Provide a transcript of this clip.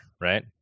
right